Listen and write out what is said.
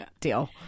deal